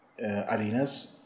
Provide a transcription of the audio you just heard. arenas